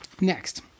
Next